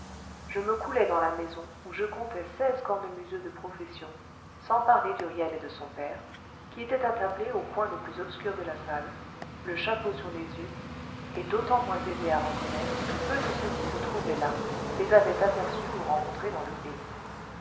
je me coulai dans la maison où je comptai seize cornemuseux de profession sans parler d'huriel et de son père qui étaient attablés au coin le plus obscur de la salle le chapeau sur les yeux et d'autant moins aisés à reconnaître que peu de ceux qui se trouvaient là les avaient aperçus ou rencontrés dans le pays